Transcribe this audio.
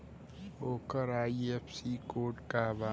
ओकर IFSC code का बा?